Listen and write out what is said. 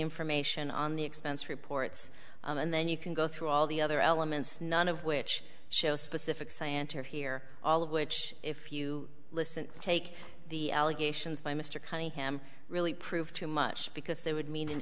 information on the expense reports and then you can go through all the other elements none of which show specific scienter here all of which if you listen take the allegations by mr cunningham really prove too much because they would mean in